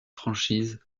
franchises